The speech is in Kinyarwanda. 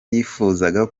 yifuzaga